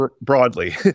broadly